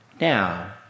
now